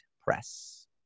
Press